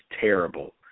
terrible